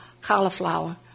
Cauliflower